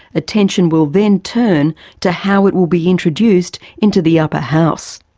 attention will then turn to how it will be introduced into the upper house.